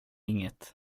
inget